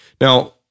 Now